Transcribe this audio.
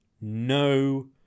no